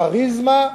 כריזמה,